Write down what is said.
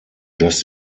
just